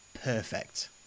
Perfect